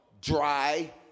dry